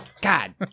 God